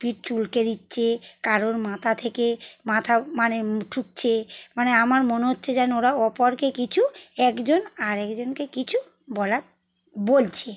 পিঠ চুলকে দিচ্ছে কারো মাথা থেকে মাথা মানে ঠুকছে মানে আমার মনে হচ্ছে যেন ওরা অপরকে কিছু একজন আরেকজনকে কিছু বলার বলছে